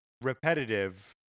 repetitive